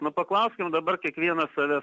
nu paklauskim dabar kiekvienas savęs